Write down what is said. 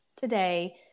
today